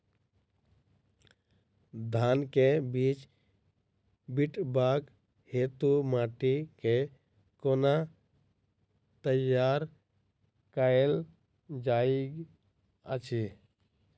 धान केँ बीज छिटबाक हेतु माटि केँ कोना तैयार कएल जाइत अछि?